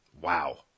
Wow